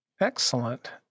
excellent